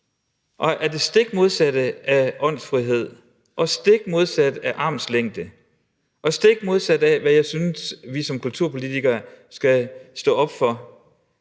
de er det stik modsatte af åndsfrihed, det stik modsatte af armslængde og det stik modsatte af, hvad jeg synes vi som kulturpolitikere skal stå op for.